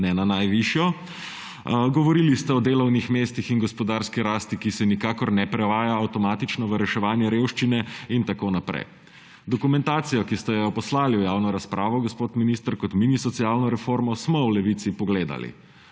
ne na najvišjo. Govorili ste o delovnih mestih in gospodarski rasti, ki se nikakor ne prevaja avtomatično v reševanje revščine in tako naprej. Dokumentacijo, ki ste jo poslali v javno razpravo gospod minister kot mini socialno reformo, smo v Levici pogledali,